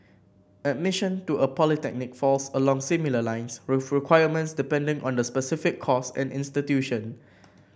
admission to a polytechnic falls along similar lines with requirements depending on the specific course and institution